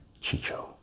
chicho